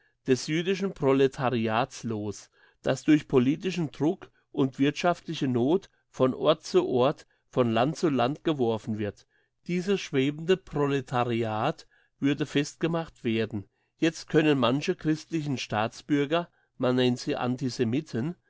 des jüdischen proletariats los das durch politischen druck und wirthschaftliche noth von ort zu ort von land zu land geworfen wird dieses schwebende proletariat würde festgemacht werden jetzt können manche christliche staatsbürger man nennt sie antisemiten